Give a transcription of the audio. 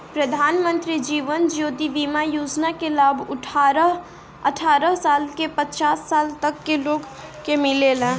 प्रधानमंत्री जीवन ज्योति बीमा योजना के लाभ अठारह साल से पचास साल तक के लोग के मिलेला